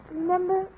remember